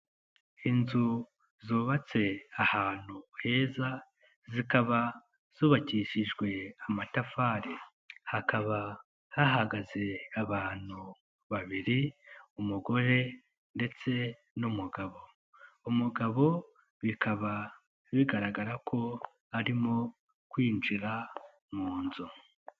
Inzu zubatse ahantu heza zikaba zubakishijwe amatafari, hakaba hahagaze abantu babiri umugore ndetse n'umugabo, umugabo bikaba bigaragara ko arimo kwinjira mu nzu.